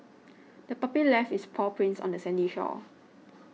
the puppy left its paw prints on the sandy shore